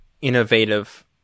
innovative